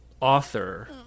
author